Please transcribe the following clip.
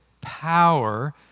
power